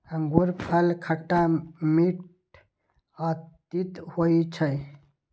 अंगूरफल खट्टा, मीठ आ तीत होइ छै